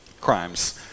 crimes